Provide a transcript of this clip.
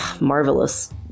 marvelous